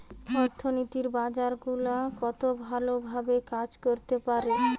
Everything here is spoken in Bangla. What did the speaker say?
অর্থনীতির বাজার গুলা কত ভালো ভাবে কাজ করতে পারে